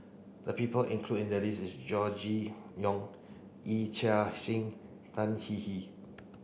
the people includ in the list Gregory Yong Yee Chia Hsing Tan Hwee Hwee